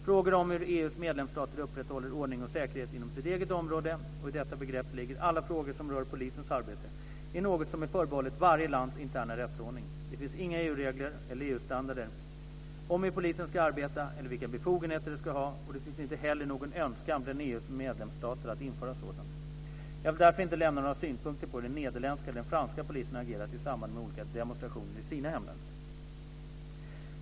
Frågor om hur EU:s medlemsstater upprätthåller ordning och säkerhet inom sina egna områden, och i detta begrepp ligger alla frågor som rör polisens arbete, är något som är förbehållet varje lands interna rättsordning. Det finns inga EU-regler eller EU standarder om hur polisen ska arbeta eller vilka befogenheter de ska ha och det finns inte heller någon önskan bland EU:s medlemsstater att införa sådana. Jag vill därför inte lämna några synpunkter på hur den nederländska eller den franska polisen har agerat i samband med olika demonstrationer i sina hemländer.